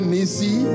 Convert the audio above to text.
Nisi